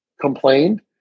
complained